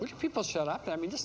which people shut up i mean just